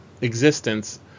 existence